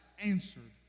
answered